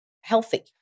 healthy